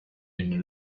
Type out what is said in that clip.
une